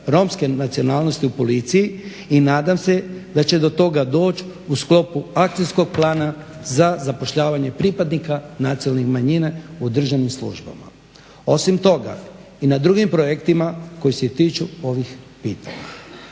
romske nacionalnosti u policiji i nadam se da će do toga doći u sklopu Akcijskog plana za zapošljavanje pripadnika nacionalnih manjina u državnim službama. Osim toga i na drugim projektima koji se tiču ovih pitanja.